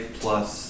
plus